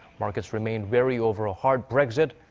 markets remained wary over a hard brexit,